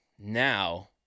Now